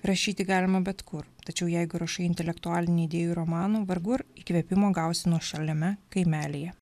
rašyti galima bet kur tačiau jeigu rašai intelektualinį idėjų romanų vargu ar įkvėpimo gausi nuošaliame kaimelyje